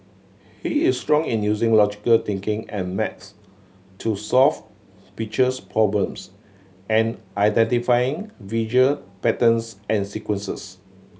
he is strong in using logical thinking and maths to solve pictures problems and identifying visual patterns and sequences